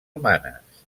humanes